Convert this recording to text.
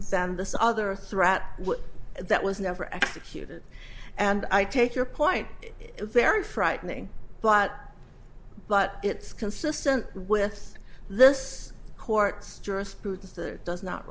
than this other threat that was never executed and i take your point very frightening but but it's consistent with this court